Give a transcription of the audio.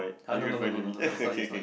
ah no no no no no is not you is not you